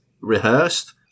rehearsed